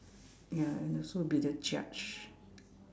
ya and also be the judge